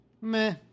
Meh